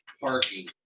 parking